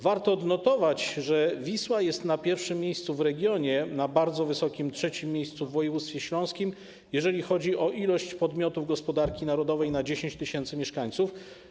Warto odnotować, że Wisła jest na 1. miejscu w regionie i na bardzo wysokim 3. miejscu w województwie śląskim, jeżeli chodzi o ilość podmiotów gospodarki narodowej na 10 tys. mieszkańców.